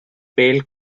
pale